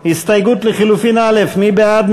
הסתייגות 29 לאותו סעיף, מי בעד?